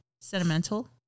sentimental